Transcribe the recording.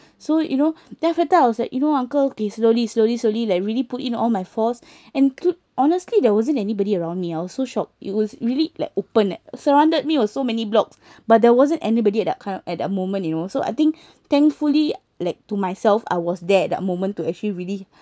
so you know then after that I was like you know uncle kay slowly slowly slowly like really put in all my force and p~ honestly there wasn't anybody around me I was so shocked it was really like open surrounded me was so many blocks but there wasn't anybody at that kind of at that moment you know so I think thankfully like to myself I was there that moment to actually really